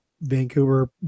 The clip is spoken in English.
Vancouver